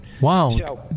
Wow